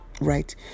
Right